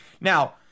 Now